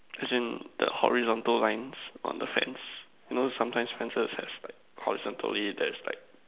as in horizontal lines on the fence you know sometime fences have like horizontally there's like